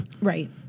Right